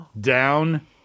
down